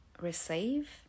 receive